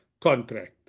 contract